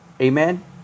Amen